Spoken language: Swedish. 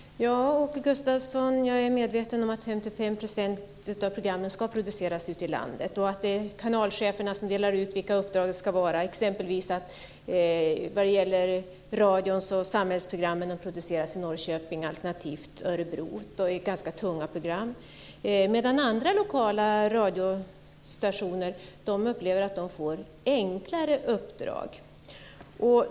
Herr talman! Ja, Åke Gustavsson - jag är medveten om att 55 % av programmen ska produceras ute i landet, och att det är kanalcheferna som delar ut uppdragen. Exempelvis produceras radions samhällsprogram i Norrköping alternativt Örebro. Det är ganska tunga program. Andra lokala radiostationer upplever att de får enklare uppdrag.